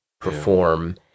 perform